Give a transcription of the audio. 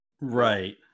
right